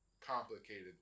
complicated